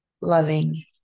loving